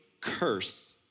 curse